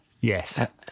yes